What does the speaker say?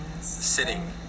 sitting